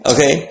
Okay